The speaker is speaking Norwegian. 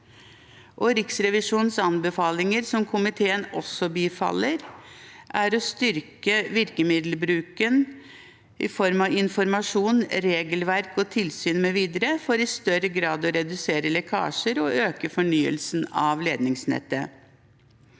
Riksrevisjonens anbefalinger, som komiteen også bifaller, er å – styrke virkemiddelbruken i form av informasjon, regelverk og tilsyn mv. for i større grad å redusere lekkasjer og øke fornyelsen av ledningsnettet